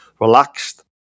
relaxed